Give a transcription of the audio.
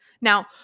Now